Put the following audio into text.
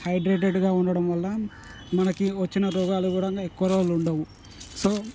హైడ్రేటెడ్గా ఉండడం వల్ల మనకి వచ్చిన రోగాలు కూడా ఎక్కువ రోజులు ఉండవు సో